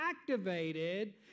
activated